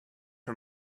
her